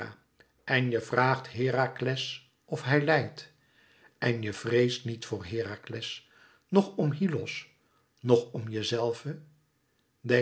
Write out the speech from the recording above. en je vraagt herakles of hij lijdt en je vreest niet voor herakles nch om hyllos noch om jezelve